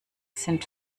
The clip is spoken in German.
sind